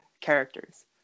characters